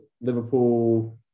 Liverpool